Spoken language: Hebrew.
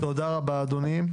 תודה רבה אדוני.